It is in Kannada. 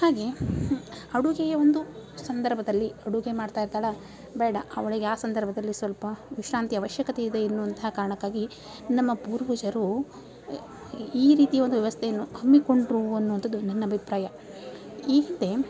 ಹಾಗೆ ಅಡುಗೆಯ ಒಂದು ಸಂದರ್ಭದಲ್ಲಿ ಅಡುಗೆ ಮಾಡ್ತಾ ಇರ್ತಾಳೆ ಬೇಡ ಅವಳಿಗೆ ಆ ಸಂದರ್ಭದಲ್ಲಿ ಸ್ವಲ್ಪ ವಿಶ್ರಾಂತಿ ಅವಶ್ಯಕತೆ ಇದೆ ಎನ್ನುವಂಥ ಕಾರಣಕ್ಕಾಗಿ ನಮ್ಮ ಪೂರ್ವಜರೂ ಈ ರೀತಿ ಒಂದು ವ್ಯವಸ್ಥೆಯನ್ನು ಹಮ್ಮಿಕೊಂಡರು ಅನ್ನುವಂಥದು ನನ್ನ ಅಭಿಪ್ರಾಯ ಈ ಹಿಂದೆ